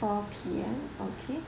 four P_M okay